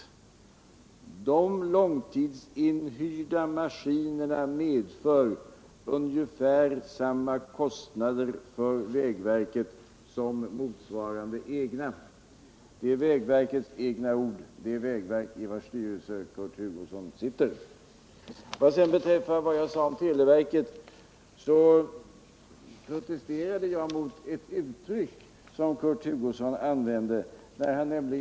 De långtidsinhyrda maskinerna medför ungefär samma kostnader för vägverket som motsvarande egna.” Sedan protesterade jag mot ett uttryck som Kurt Hugosson använde om televerket.